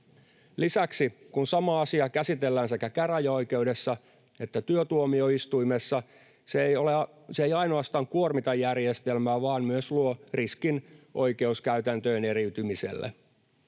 Lisäksi, kun samaa asiaa käsitellään sekä käräjäoikeudessa että työtuomioistuimessa, se ei ainoastaan kuormita järjestelmää vaan myös luo riskin oikeuskäytäntöjen eriytymiselle.